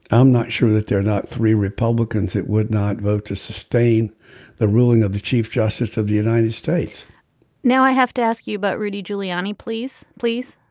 i'm not sure that are not three republicans it would not vote to sustain the ruling of the chief justice of the united states now i have to ask you about rudy giuliani please please